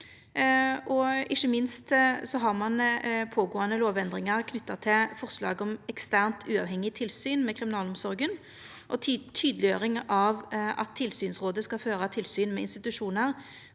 Ikkje minst har ein pågåande lovendringar knytte til forslaget om eksternt, uavhengig tilsyn med kriminalomsorga og tydeleggjering av at tilsynsrådet skal føra tilsyn med institusjonar